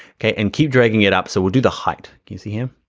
okay, and keep dragging it up so we'll do the height, qcm.